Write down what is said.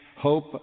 hope